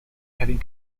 having